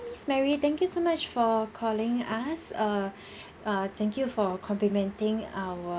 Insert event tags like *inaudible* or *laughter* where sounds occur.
miss mary thank you so much for calling us err *breath* uh thank you for complimenting our